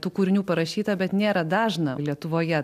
tų kūrinių parašyta bet nėra dažna lietuvoje